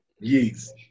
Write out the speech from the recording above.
Yes